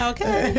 Okay